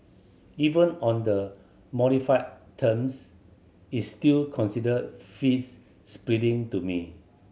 even on the modified terms it's still considered fees splitting to me